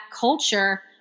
culture